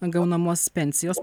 gaunamos pensijos